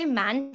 man